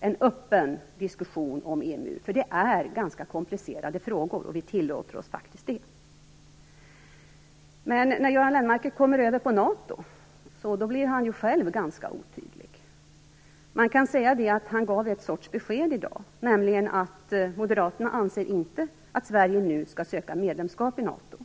en öppen diskussion om EMU, för det är ganska komplicerade frågor, och vi tillåter oss faktiskt det. När Göran Lennmarker kommer över på NATO blir han själv ganska otydlig. Han gav en sorts besked i dag, nämligen att Moderaterna inte anser att Sverige nu bör söka medlemskap i NATO.